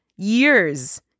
years